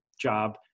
job